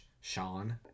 Sean